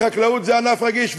חקלאות היא ענף רגיש,